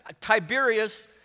Tiberius